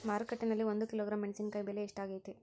ಮಾರುಕಟ್ಟೆನಲ್ಲಿ ಒಂದು ಕಿಲೋಗ್ರಾಂ ಮೆಣಸಿನಕಾಯಿ ಬೆಲೆ ಎಷ್ಟಾಗೈತೆ?